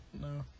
no